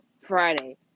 Friday